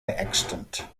extant